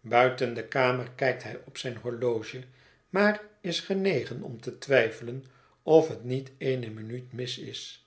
buiten de kamer kijkt hij op zijn horloge maar is genegen om te twijfelen of het niet eene minuut mis is